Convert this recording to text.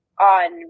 on